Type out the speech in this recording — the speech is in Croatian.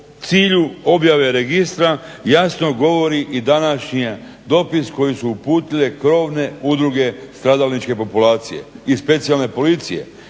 o cilju objave registra jasno govori i današnji dopis koji su uputile krovne udruge stradalničke populacije i Specijalne policije